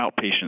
outpatient